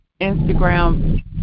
Instagram